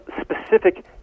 specific